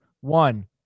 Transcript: One